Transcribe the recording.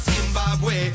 Zimbabwe